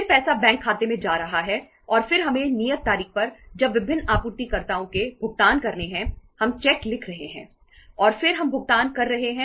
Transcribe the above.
फिर पैसा बैंक खाते में जा रहा है और फिर हमें नियत तारीख पर जब विभिन्न आपूर्तिकर्ताओं के भुगतान करने हैं हम चेक लिख रहे हैं और फिर हम भुगतान कर रहे हैं